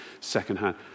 secondhand